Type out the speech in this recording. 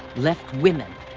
left women,